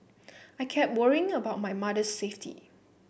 I kept worrying about my mother's safety